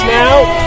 now